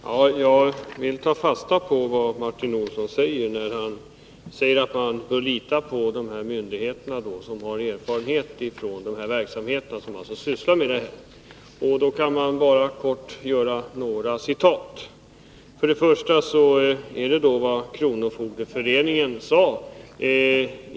Herr talman! Jag tar fasta på vad Martin Olsson säger om att man bör lita på de myndigheter som har erfarenhet på området. Jag vill då kort återge vad dessa myndigheter har sagt.